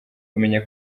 kumenya